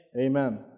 amen